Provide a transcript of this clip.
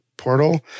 portal